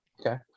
Okay